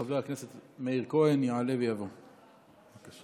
חבר הכנסת מאיר כהן יעלה ויבוא, בבקשה.